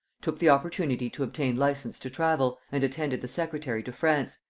took the opportunity to obtain license to travel, and attended the secretary to france,